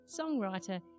songwriter